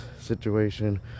situation